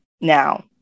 now